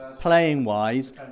playing-wise